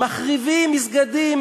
מחריבים מסגדים,